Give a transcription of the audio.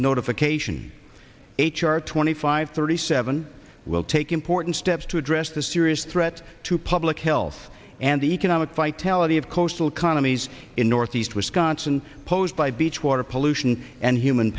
notification h r twenty five thirty seven will take important steps to address the serious threat to public health and the economic vitality of coastal counties in northeast wisconsin posed by beach water pollution and human